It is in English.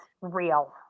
real